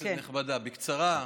כנסת נכבדה, בקצרה: